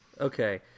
Okay